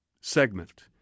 segment